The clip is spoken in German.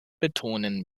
betonen